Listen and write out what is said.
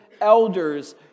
elders